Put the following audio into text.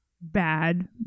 bad